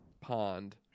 Pond